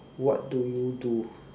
what do you do